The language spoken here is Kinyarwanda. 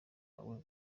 wawe